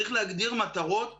צריך להגדיר מטרות אופרטיביות.